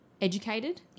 educated